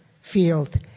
field